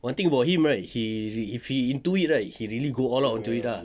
one thing about him right he if he into it right he really go all out ah into it ah